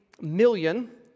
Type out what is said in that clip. million